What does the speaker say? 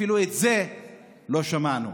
אפילו את זה לא שמענו.